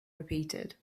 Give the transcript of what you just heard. repeated